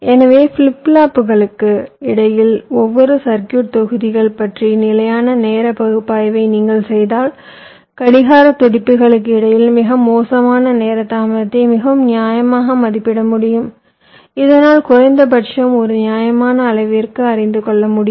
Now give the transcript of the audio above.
எனவே ஃபிளிப் ஃப்ளாப்புகளுக்கு இடையில் ஒவ்வொரு சர்க்யூட் தொகுதிகள் பற்றிய நிலையான நேர பகுப்பாய்வை நீங்கள் செய்தால் கடிகாரத் துடிப்புக்களுக்கு இடையில் மிக மோசமான நேர தாமதத்தை மிகவும் நியாயமாக மதிப்பிட முடியும் இதனால் குறைந்தபட்சம் ஒரு நியாயமான அளவிற்கு அறிந்து கொள்ள முடியும்